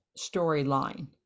storyline